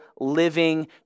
living